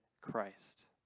Christ